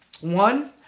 One